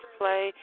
play